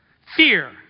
Fear